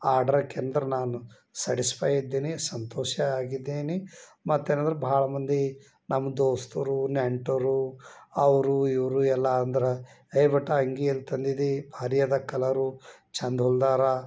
order ಕೆಂದರ್ ನಾನು satisfy ಆಗಿದ್ದೀನಿ ಸಂತೋಷ ಆಗಿದೀನಿ ಮತ್ತು ಏನಂದ್ರೆ ಭಾಳ ಮಂದಿ ನಮ್ಮ ದೋಸ್ತರು ನೆಂಟರು ಅವರು ಇವರು ಎಲ್ಲ ಅಂದ್ರು ಹೇಯ್ ಬೆಟಾ ಅಂಗಿ ಎಲ್ಲಿ ತಂದಿದ್ದಿ ಭಾರಿ ಅದ ಕಲರು ಚಂದ ಹೊಲ್ದಾರ